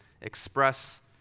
Express